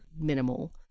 minimal